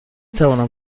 توانم